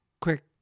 quick